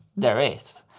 there is.